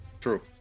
True